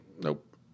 Nope